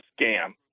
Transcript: scam